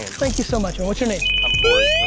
thank you so much. and, what's your name? i'm corey.